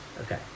okay